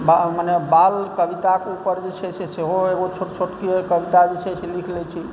मने बाल कविताक ऊपर जे छै सेहो एगो छोट छोटके कविता जे छै से लिख लै छी